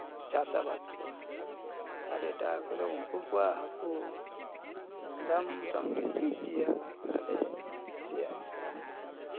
ᱪᱟᱥᱼᱟᱵᱟᱫ ᱠᱚᱣᱟ ᱟᱨ ᱮᱴᱟᱜ ᱦᱟᱹᱠᱩ ᱫᱚ ᱩᱱᱠᱩ ᱠᱚᱣᱟᱜ ᱦᱟᱹᱠᱩ ᱫᱟᱢ ᱢᱚᱴᱟᱢᱩᱴᱤ ᱴᱷᱤᱠ ᱜᱮᱭᱟ ᱟᱞᱮᱥᱮᱭᱟᱜ ᱦᱤᱥᱟᱹᱵ ᱫᱚ